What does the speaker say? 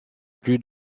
plus